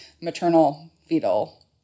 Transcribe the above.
maternal-fetal